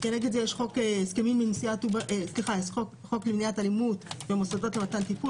כנגד זה יש חוק למניעת אלימות במוסדות למתן טיפול.